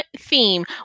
theme